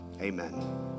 Amen